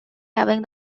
having